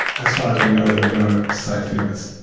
as far as we know, there are no safe limits.